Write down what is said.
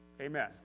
Amen